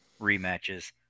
rematches